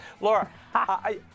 Laura